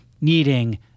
needing